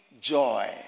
joy